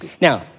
Now